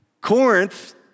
Corinth